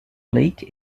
lake